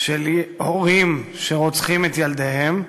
של הורים שרוצחים את ילדיהם,